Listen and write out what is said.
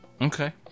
Okay